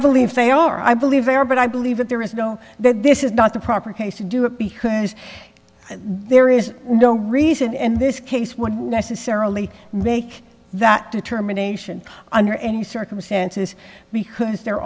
believe they are i believe they are but i believe that there is no that this is not the proper case to do it because there is no reason and this case would necessarily make that determination under any circumstances because there